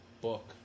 book